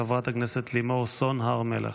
חברת הכנסת לימור סון הר מלך.